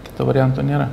kito varianto nėra